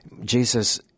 Jesus